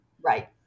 Right